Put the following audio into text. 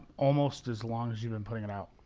almost as long as you've been putting it out.